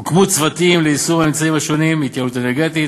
הוקמו צוותים ליישום האמצעים: התייעלות אנרגטית,